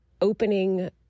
opening